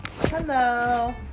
Hello